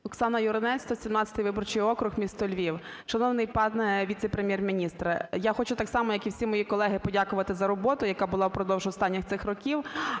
Оксана Юринець, 117 виборчий округ, місто Львів. Шановний пане віце-прем'єр-міністр я хочу так само, як і всі мої колеги, подякувати за роботу, яка була впродовж останніх цих років.